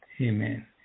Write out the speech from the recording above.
Amen